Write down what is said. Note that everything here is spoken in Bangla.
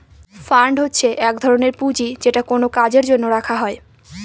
ফান্ড হচ্ছে এক ধরনের পুঁজি যেটা কোনো কাজের জন্য রাখা হয়